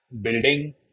building